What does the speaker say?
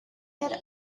had